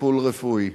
לטיפול רפואי.